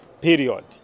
period